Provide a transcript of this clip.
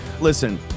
Listen